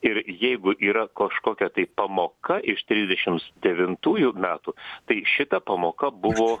ir jeigu yra kažkokia tai pamoka iš trisdešimts devintųjų metų tai šita pamoka buvo